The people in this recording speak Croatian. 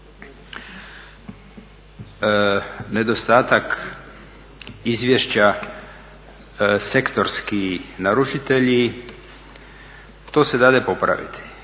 Nedostatak izvješća, sektorski naručitelji, to se dade popraviti.